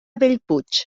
bellpuig